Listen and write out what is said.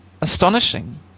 astonishing